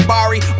Bari